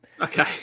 Okay